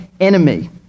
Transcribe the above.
enemy